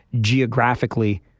geographically